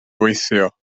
gweithio